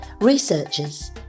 researchers